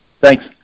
Thanks